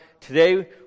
today